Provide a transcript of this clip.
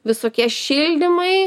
visokie šildymai